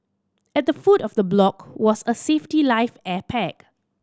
at the foot of the block was a safety life air pack